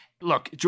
Look